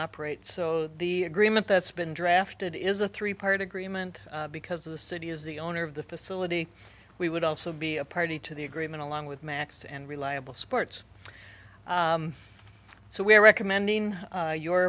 operate so the agreement that's been drafted is a three part agreement because of the city is the owner of the facility we would also be a party to the agreement along with max and reliable sports so we're recommending your